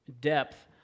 depth